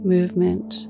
Movement